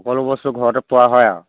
সকলো বস্তু ঘৰতে পোৱা হয় আৰু